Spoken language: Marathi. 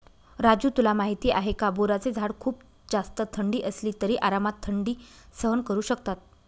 राजू तुला माहिती आहे का? बोराचे झाड खूप जास्त थंडी असली तरी आरामात थंडी सहन करू शकतात